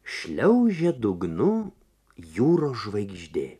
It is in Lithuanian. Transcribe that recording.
šliaužia dugnu jūros žvaigždė